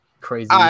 crazy